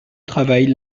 travail